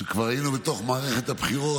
כשכבר היינו בתוך מערכת הבחירות,